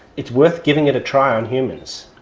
it's worth giving it a try on humans.